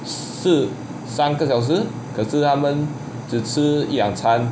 四三个小时可是他们只吃一两餐